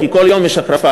כי כל יום יש החרפה.